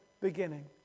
beginning